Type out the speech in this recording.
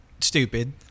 stupid